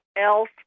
else